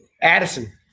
Addison